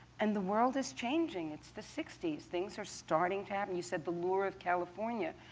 and the world is changing. it's the sixty s. things are starting to happen. you said the lure of california,